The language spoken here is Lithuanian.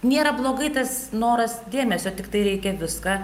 nėra blogai tas noras dėmesio tiktai reikia viską